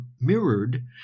mirrored